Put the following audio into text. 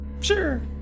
Sure